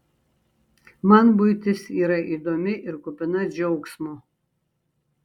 man buitis yra įdomi ir kupina džiaugsmo